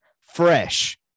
fresh